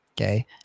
Okay